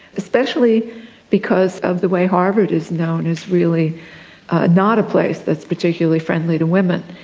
especially because of the way harvard is known as really not a place that's particularly friendly to women.